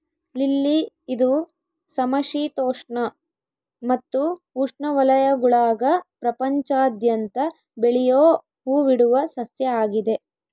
lily ಇದು ಸಮಶೀತೋಷ್ಣ ಮತ್ತು ಉಷ್ಣವಲಯಗುಳಾಗ ಪ್ರಪಂಚಾದ್ಯಂತ ಬೆಳಿಯೋ ಹೂಬಿಡುವ ಸಸ್ಯ ಆಗಿದೆ